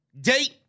date